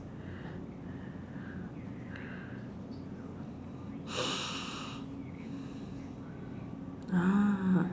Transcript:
ah